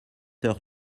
heures